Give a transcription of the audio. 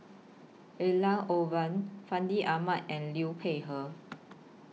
Elangovan Fandi Ahmad and Liu Peihe